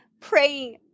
praying